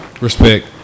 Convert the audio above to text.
Respect